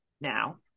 now